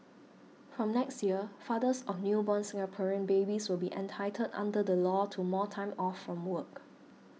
from next year fathers on newborn Singaporean babies will be entitled under the law to more time off from work